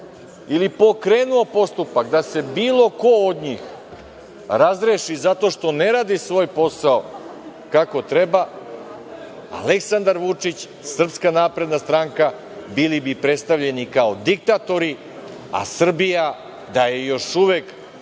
ili pokrenuo postupak da se bilo ko od njih razreši zato što ne radi svoj posao kako treba, Aleksandar Vučić, SNS bili bi predstavljeni kao diktatori, a Srbija da je još uvek